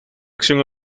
acción